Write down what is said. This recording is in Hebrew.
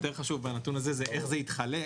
יותר חשוב מהנתון הזה זה איך זה התחלק.